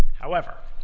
however,